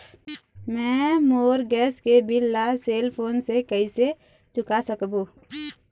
मैं मोर गैस के बिल ला सेल फोन से कइसे चुका सकबो?